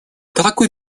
такой